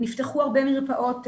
נפתחו הרבה מרפאות.